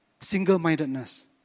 Single-mindedness